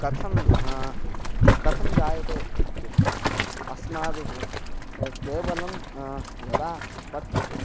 कथं कथं जायते इत्युक्ते अस्माभिः केवलं यदा पठ्यते